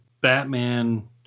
Batman